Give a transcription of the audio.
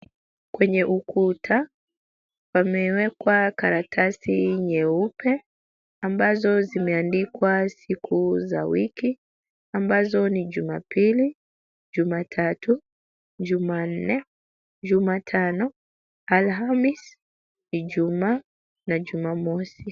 Kwenye ukuta pamewekwa karatasi nyeupe, ambazo zimeandikwa siku za wiki ambazo ni Jumapili, Jumatatu, Jumanne, Jumatano, Alhamisi, Ijumaa na Jumamosi.